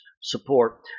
support